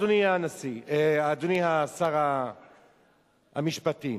אדוני שר המשפטים,